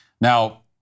Now